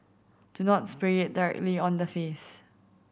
do not spray it directly on the face